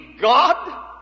God